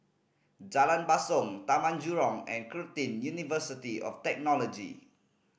Jalan Basong Taman Jurong and Curtin University of Technology